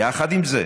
יחד עם זה,